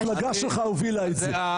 רק תזכור המפלגה שלך הובילה את זה,